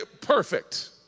perfect